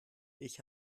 ich